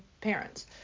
parents